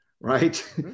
right